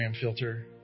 filter